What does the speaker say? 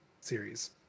series